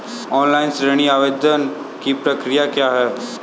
Online ऋण आवेदन की प्रक्रिया क्या है?